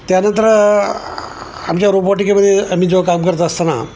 त्यानंतर आमच्या रोपवाटिकेमध्ये आम्ही जो काम करत असताना